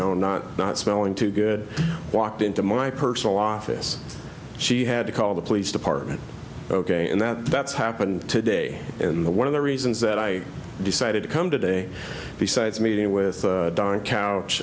know not not smelling too good walked into my personal office she had to call the police department ok and that that's happened today in the one of the reasons that i decided to come today besides meeting with don couch